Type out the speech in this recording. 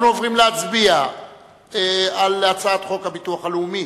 אנחנו עוברים להצבעה על הצעת חוק הביטוח הלאומי